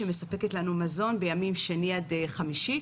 שמספקת לנו מזון בימים שני עד חמישי,